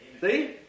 See